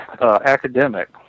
academic